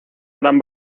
gran